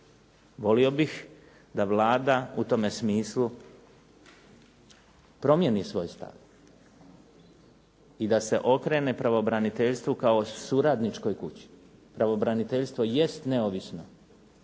Volio bih da Vlada u tom smislu promjeni svoj stav i da se okrene pravobraniteljstvu kao suradničkoj kući. Pravobraniteljstvo jest neovisno,